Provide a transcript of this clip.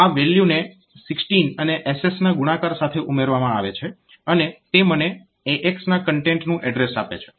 આ વેલ્યુને 16 અને SS ના ગુણાકાર સાથે ઉમેરવામાં આવે છે અને તે મને AX ના કન્ટેન્ટનું એડ્રેસ આપે છે